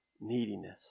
neediness